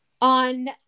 on